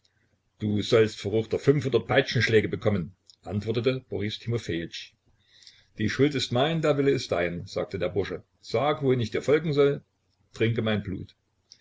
du sollst verruchter fünfhundert peitschenschläge bekommen antwortete boris timofejitsch die schuld ist mein der wille ist dein sagte der bursche sag wohin ich dir folgen soll trinke mein blut